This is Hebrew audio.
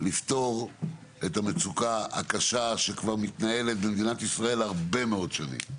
לפתור את המצוקה הקשה שכבר מתנהלת במדינת ישראל הרבה מאוד שנים.